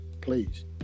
please